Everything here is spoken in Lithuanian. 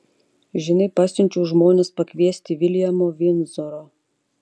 žinai pasiunčiau žmones pakviesti viljamo vindzoro